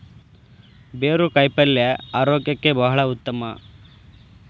ಬೇರು ಕಾಯಿಪಲ್ಯ ಆರೋಗ್ಯಕ್ಕೆ ಬಹಳ ಉತ್ತಮ